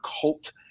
cult